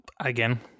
again